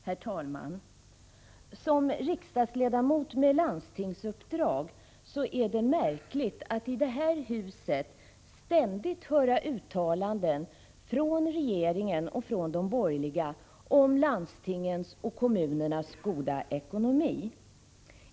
Herr talman! Som riksdagsledamot med landstingsuppdrag upplever jag det som märkligt att i det här huset ständigt få höra uttalanden från regeringen och från de borgerliga om landstingens och kommunernas goda ekonomi.